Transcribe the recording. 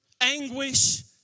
anguish